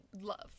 love